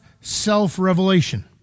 self-revelation